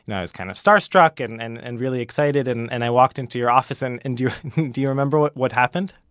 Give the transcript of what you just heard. and i was kind of starstruck, and and and really excited, and and i walked into your office and and, do do you remember what what happened?